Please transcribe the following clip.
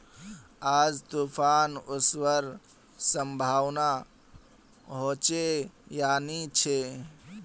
आज तूफ़ान ओसवार संभावना होचे या नी छे?